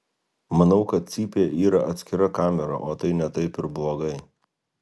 manau kad cypė yra atskira kamera o tai ne taip ir blogai